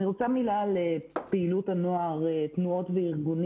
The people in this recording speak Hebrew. אני רוצה לומר מילה על פעילות הנוער תנועות וארגונים.